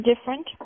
different